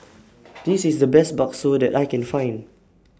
This IS The Best Bakso that I Can Find